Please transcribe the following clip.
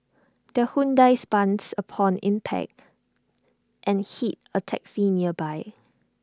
the Hyundai spuns upon impact and hit A taxi nearby